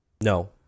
no